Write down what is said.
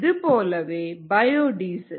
இதுபோலவே பயோடீசல்